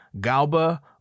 galba